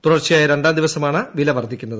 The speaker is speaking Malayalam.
തുടർച്ചയായ ്രണ്ടാം ദിവസമാണ് വില വർദ്ധിക്കുന്നത്